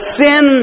sin